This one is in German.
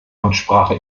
amtssprache